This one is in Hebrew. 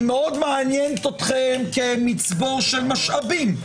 היא מאוד מעניינת אתכם כמצבור של משאבים,